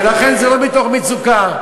ולכן, זה לא מתוך מצוקה.